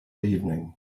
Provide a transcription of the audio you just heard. evening